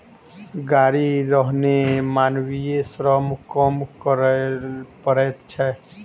गाड़ी रहने मानवीय श्रम कम करय पड़ैत छै